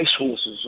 racehorses